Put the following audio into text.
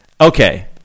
okay